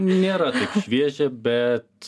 nėra šviežia bet